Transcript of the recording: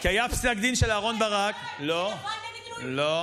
כי היה פסק דין של אהרן ברק, בוודאי, לא, לא.